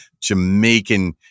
Jamaican